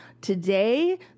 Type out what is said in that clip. today